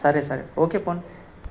సరే సరే ఓకే నివ్వు